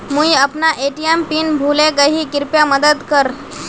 मुई अपना ATM PIN भूले गही कृप्या मदद कर